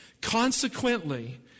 Consequently